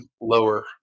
Lower